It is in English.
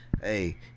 Hey